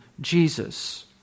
Jesus